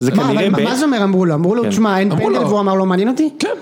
מה זה אומר? אמרו לו, אמרו לו, תשמע, אין פה לבוא, אמר לא מעניין אותי? כן.